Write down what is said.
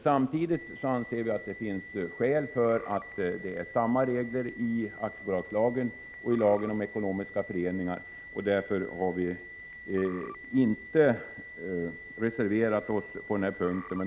Samtidigt anser vi emellertid att det finns skäl för att det gäller samma regler i aktiebolagslagen och i lagen om ekonomiska föreningar, och därför har vi inte reserverat oss på den punkten.